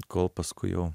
kol paskui jau